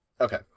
Okay